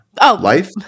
life